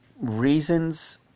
reasons